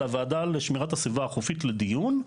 לוועדה לשמירת הסביבה החופית לדיון,